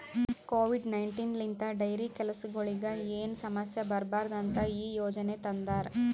Covid nineteen ಲಿಂತ್ dairy ಕೆಲಸಗೊಳಿಗ್ ಏನು ಸಮಸ್ಯ ಬರಬಾರದು ಅಂತ್ ಈ ಯೋಜನೆ ತಂದಾರ್